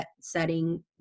setting